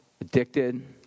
addicted